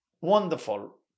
wonderful